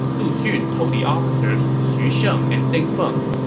lu xun told the officers xu sheng and ding feng,